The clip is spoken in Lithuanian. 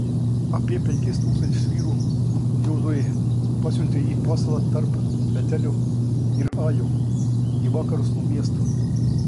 apie penkis tūkstančius vyrų jozuė pasiuntė į pasalą tarp betelio ir ajo į vakarus nuo miesto